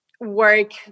work